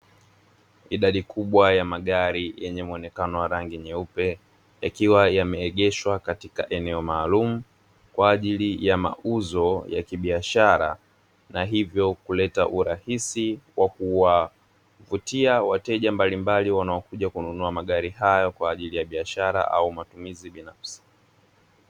Idadi kubwa ya magari yenye muonekano wa rangi nyeupe yakiwa yameegeshwa katika eneo maalumu, kwa ajili ya mauzo ya kibiashara na hivyo kuleta urahisi wa kuwavutia wateja mbalimbali wanaokuja kununua magari hayo kwa ajili ya biashara au matumizi binafsi.